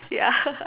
ya